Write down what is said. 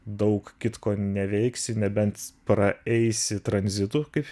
daug kitko neveiksi nebent praeisi tranzitu kaip